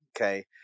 Okay